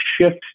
shift